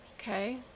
Okay